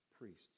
priests